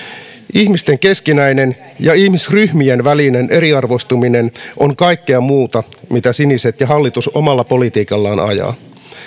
ihmisten keskinäinen ja ihmisryhmien välinen eriarvoistuminen on kaikkea muuta kuin mitä siniset ja hallitus omalla politiikallaan ajaa